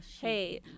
hey